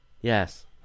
Yes